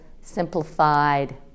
simplified